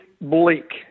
bleak